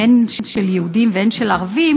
הן של יהודים והן של ערבים,